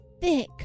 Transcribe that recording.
thick